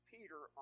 Peter